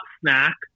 snack